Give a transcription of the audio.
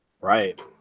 Right